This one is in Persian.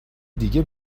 دیگه